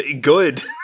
good